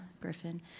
Griffin